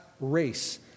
race